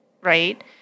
right